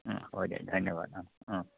অঁ হ'ব দিয়ক ধন্যবাদ অঁ অঁ